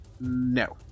No